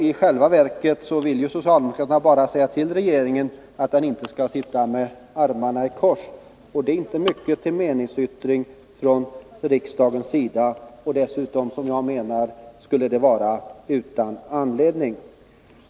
I själva verket vill socialdemokraterna bara att riksdagen skall säga till regeringen att den inte skall sitta med armarna i kors. Det är inte mycket till meningsyttring ifrån riksdagens sida, och dessutom finns det ingen anledning att anföra detta.